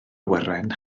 awyren